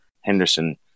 Henderson